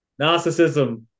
Narcissism